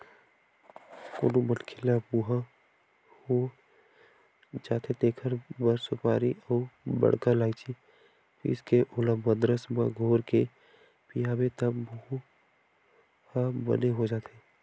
कोनो मनखे ल मुंहा हो जाथे तेखर बर सुपारी अउ बड़का लायची पीसके ओला मंदरस म घोरके पियाबे त मुंहा ह बने हो जाथे